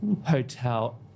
hotel